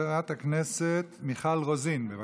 חברת הכנסת מיכל רוזין, בבקשה,